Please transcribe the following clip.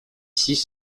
six